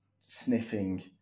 sniffing